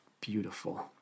beautiful